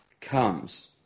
comes